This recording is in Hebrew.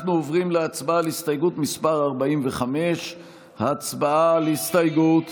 אנחנו עוברים להצבעה על הסתייגות מס' 45. הצבעה על ההסתייגות.